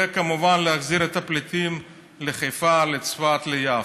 וכמובן להחזיר את הפליטים לחיפה, לצפת, ליפו.